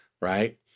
Right